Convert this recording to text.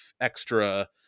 extra